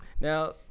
Now